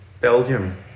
Belgium